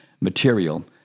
material